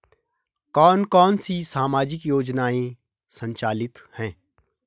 कौन कौनसी सामाजिक योजनाएँ संचालित है?